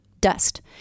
Dust